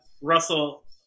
Russell